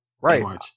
Right